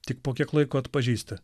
tik po kiek laiko atpažįsti